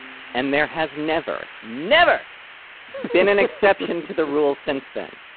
and there has never, never been an exception to the rule since then.